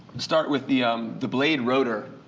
start with the um the blade rotor,